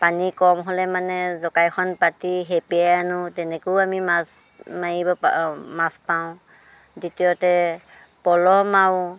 পানী কম হ'লে মানে জকাইখন পাতি হেপিয়াই আনো তেনেকৈয়ো আমি মাছ মাৰিব মাছ পাওঁ দ্বিতীয়তে পল' মাৰোঁ